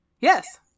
yes